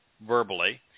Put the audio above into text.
verbally